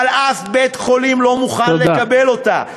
אבל אף בית-חולים לא מוכן לקבל אותה,